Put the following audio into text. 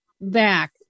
back